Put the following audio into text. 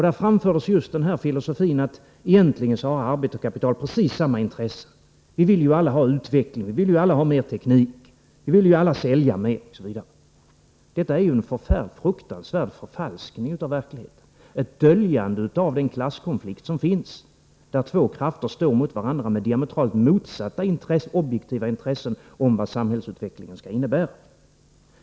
Där framfördes just den här filosofin, att egentligen har arbete och kapital precis samma intressen: Vi vill ju alla ha mer utveckling. Vi vill ju alla ha mer teknik. Vi vill ju alla sälja mer. Detta är en fruktansvärd förfalskning av verkligheten, ett döljande av den klasskonflikt som finns, där två krafter står mot varandra med diametralt motsatta objektiva intressen om vad samhällsutvecklingen skall innebära.